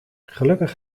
gelukkig